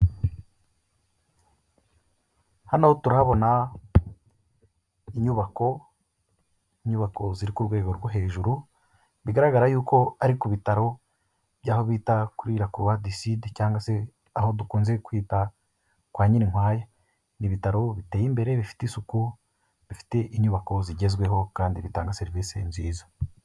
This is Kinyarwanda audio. Hano turahabona inyubako, inyubako ziri ku rwego rwo hejuru bigaragara yuko ari ku bitaro by'aho bita kuri La croix du sud cyangwa se aho dukunze kwita kwa Nyirinkwaya, ni ibitaro biteye imbere bifite isuku, bifite inyubako zigezweho kandi bitanga serivisi nziza.